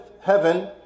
heaven